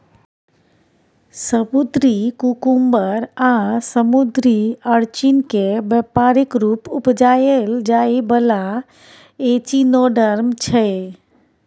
समुद्री कुकुम्बर आ समुद्री अरचिन केँ बेपारिक रुप उपजाएल जाइ बला एचिनोडर्म छै